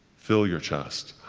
fill your chest.